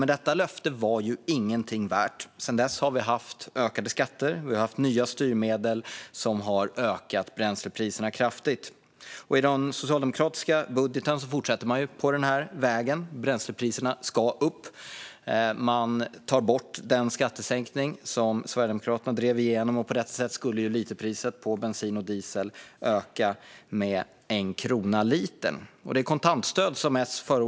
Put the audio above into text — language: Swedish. Men detta löfte var ingenting värt. Sedan dess har vi haft ökade skatter. Vi har haft nya styrmedel som har ökat bränslepriserna kraftigt. I den socialdemokratiska budgeten fortsätter man på denna väg. Bränslepriserna ska upp. Man vill ta bort den skattesänkning som Sverigedemokraterna drev igenom. På detta sätt skulle priset för bensin och diesel öka med 1 krona litern. S förordar ett kontantstöd.